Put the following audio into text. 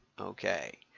Okay